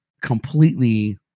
completely